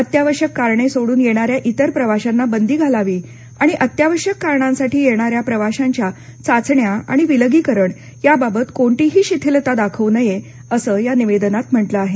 अत्यावश्यक कारणे सोडून येणाऱ्या इतर प्रवाशांना बंदी घालावी आणि अत्यावश्यक कारणासाठी येणाऱ्या प्रवाशांच्या चाचण्या आणि विलगीकरण याबाबत कोणतीही शिथिलता दाखवू नये असं या निवेदनात म्हटलं आहे